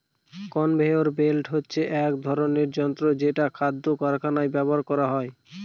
conveyor belt হচ্ছে এক ধরনের যন্ত্র যেটা খাদ্য কারখানায় ব্যবহার করা হয়